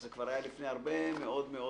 וזה היה כבר לפני הרבה מאוד מאוד